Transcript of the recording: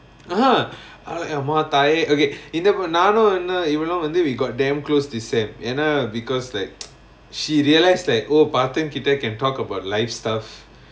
ah ஆளே அம்மா தாயே:aalae ammaa thayae okay இந்த பொண்ணு நானு இன்னும் இவளவு வந்து:intha ponnu naanu innum ivalu vanthu we got damn close this semester ஏன்னா:yaennaa because like she realise like oh paarthan கிட்ட:kitta can talk about life stuff